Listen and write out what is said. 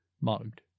mugged